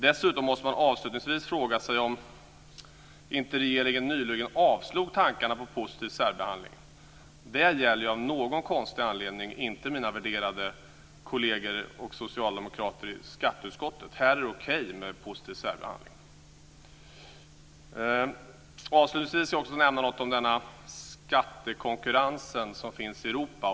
Dessutom måste man fråga sig om inte regeringen nyligen avvisat tankarna på positiv särbehandling. Det gäller av någon konstig anledning inte mina värderade kolleger och socialdemokrater i skatteutskottet. Där är det okej med positiv särbehandling. Jag ska också nämna något om den skattekonkurrens som finns i Europa.